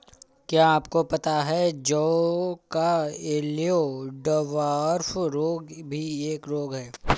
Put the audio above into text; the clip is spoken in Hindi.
क्या आपको पता है जौ का येल्लो डवार्फ रोग भी एक रोग है?